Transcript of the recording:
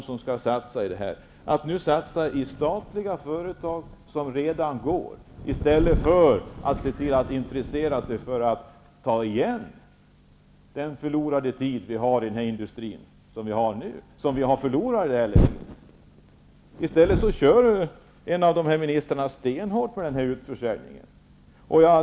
Skall man satsa i statliga företag som redan fungerar, i stället för att ta igen den förlorade tiden i industrin? I stället kör en av ministrarna stenhårt på linjen om utförsäljning.